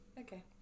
Okay